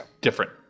different